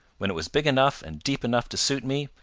when it was big enough and deep enough to suit me,